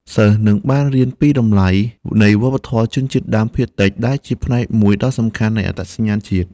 សិស្សនឹងបានរៀនពីតម្លៃនៃវប្បធម៌ជនជាតិដើមភាគតិច ដែលជាផ្នែកមួយដ៏សំខាន់នៃអត្តសញ្ញាណជាតិ។